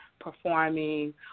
performing